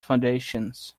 foundations